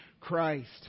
Christ